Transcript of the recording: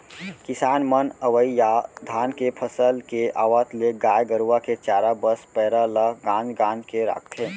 किसान मन अवइ या धान के फसल के आवत ले गाय गरूवा के चारा बस पैरा ल गांज गांज के रखथें